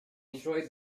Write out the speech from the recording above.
enjoyed